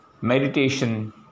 meditation